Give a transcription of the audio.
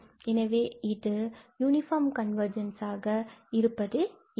எனவே இது யூனிஃபார்ம் கன்வர்ஜென்ஸாக இல்லை